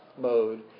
mode